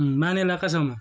मानेला कहाँसम्म